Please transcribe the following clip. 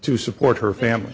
to support her family